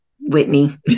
Whitney